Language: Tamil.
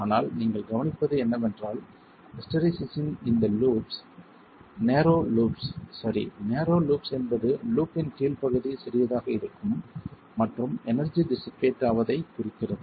ஆனால் நீங்கள் கவனிப்பது என்னவென்றால் ஹிஸ்டெரிசிஸின் இந்த லூப்ஸ் நேரோ லூப்ஸ் சரி நேரோ லூப்ஸ் என்பது லூப் இன் கீழ் பகுதி சிறியதாக இருக்கும் மற்றும் எனர்ஜி டிஷ்ஷிபேட் ஆவதை ஐக் குறிக்கிறது